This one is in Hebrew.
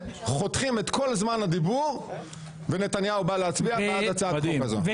חותכים את כל זמן הדיבור ונתניהו בא להצביע בעד הצעת החוק הזאת.